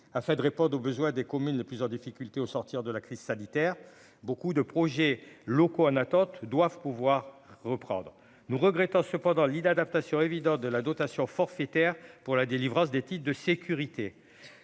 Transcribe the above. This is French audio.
afin de répondre aux besoins des communes les plus en difficulté, au sortir de la crise sanitaire. Beaucoup de projets locaux en attente doivent pouvoir reprendre, nous regrettons cependant l'inadaptation évident de la dotation forfaitaire pour la délivrance des titres de sécurité